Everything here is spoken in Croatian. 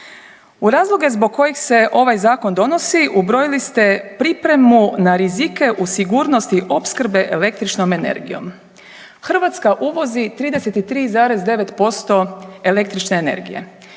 U razloge zbog kojih se ovaj zakon donosi ubrojili ste pripremu na rizike u sigurnosti opskrbe električnom energijom. Hrvatska uvozi 33,9% električne energije